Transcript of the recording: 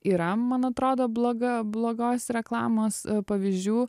yra man atrodo bloga blogos reklamos pavyzdžių